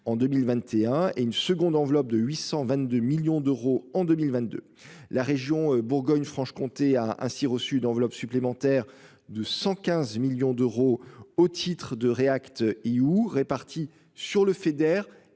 En 2021, et une seconde enveloppe de 822 millions d'euros en 2022, la région Bourgogne Franche-Comté a ainsi reçu d'enveloppe supplémentaire de 115 millions d'euros au titre de React You répartis sur le Feder